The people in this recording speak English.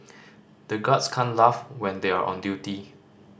the guards can't laugh when they are on duty